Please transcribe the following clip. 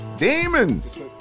Demons